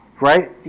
right